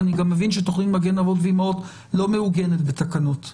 ואני גם מבין שתוכנית מגן אבות ואימהות לא מעוגנת בתקנות.